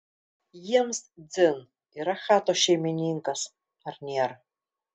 jiems dzin yra chatos šeimininkas ar nėra